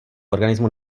organismu